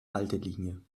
haltelinie